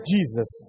Jesus